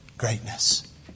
greatness